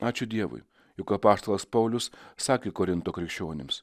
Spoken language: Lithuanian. ačiū dievui juk apaštalas paulius sakė korinto krikščionims